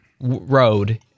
road